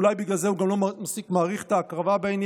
אולי בגלל זה הוא גם לא מספיק מעריך את ההקרבה בעניין.